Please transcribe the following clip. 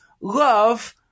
love